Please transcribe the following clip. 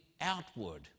outward